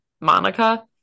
Monica